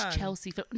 Chelsea